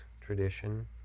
tradition